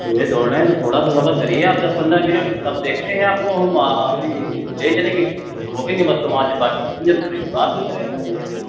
चूहे दौड़ रहे हैं तो थोड़ा तो सब्र करिए आप दस पंद्रह मिनट तब देखते है आपको हम अभी ले चलेंगे रोकेंगे बस बाक़ी पसिंजर उतरेंगे आप भी उतर कर कर खरीद लीजिएगा